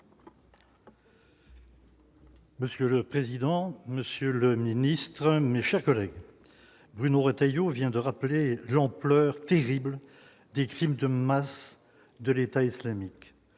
Monsieur le président, Monsieur le Ministre, mes chers collègues, Bruno Retailleau, vient de rappeler l'ampleur terribles, des crimes de masse de l'État islamique,